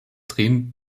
drehen